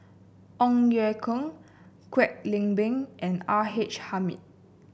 Ong Ye Kung Kwek Leng Beng and R H Hamid